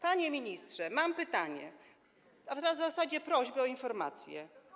Panie ministrze, mam pytanie, a w zasadzie prośbę o informację.